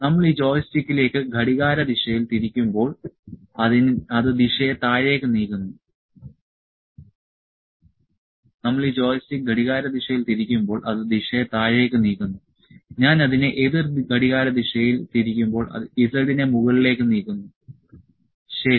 നമ്മൾ ഈ ജോയിസ്റ്റിക്ക് ഘടികാരദിശയിൽ തിരിക്കുമ്പോൾ അത് ദിശയെ താഴേക്ക് നീക്കുന്നു ഞാൻ അതിനെ എതിർ ഘടികാരദിശയിൽ തിരിക്കുമ്പോൾ അത് z നെ മുകളിലേക്ക് നീക്കുന്നു ശരി